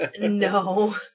No